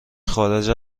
خارج